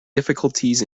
difficulties